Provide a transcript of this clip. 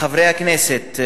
חברי הכנסת,